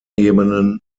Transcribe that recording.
ebenen